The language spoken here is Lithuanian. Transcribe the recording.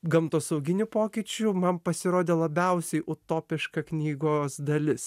gamtosauginių pokyčių man pasirodė labiausiai utopiška knygos dalis